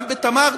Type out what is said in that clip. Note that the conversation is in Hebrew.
גם ב"תמר"